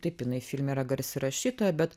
taip jinai filme yra garsi rašytoja bet